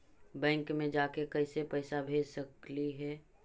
Bank मे जाके कैसे पैसा भेज सकली हे?